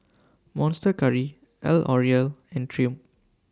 Monster Curry L'Oreal and Triumph